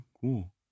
cool